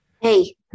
Hey